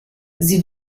sie